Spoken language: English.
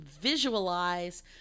visualize